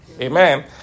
Amen